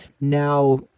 now